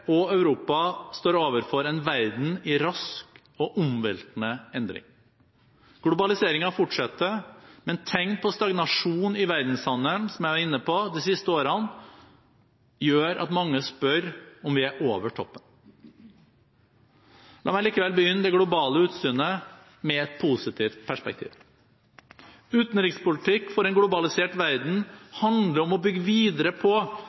og Europa står overfor en verden i rask og omveltende endring. Globaliseringen fortsetter, men tegn på stagnasjon i verdenshandelen de siste årene – som jeg var inne på – gjør at mange spør om vi er over toppen. La meg likevel begynne det globale utsynet med et positivt perspektiv. Utenrikspolitikk for en globalisert verden handler om å bygge videre på